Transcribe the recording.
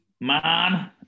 Man